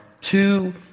two